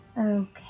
Okay